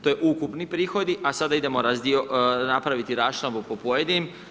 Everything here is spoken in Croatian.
To je ukupni prihodi a sada idemo napraviti raščlambu po pojedinim.